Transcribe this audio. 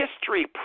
history